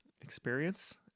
experience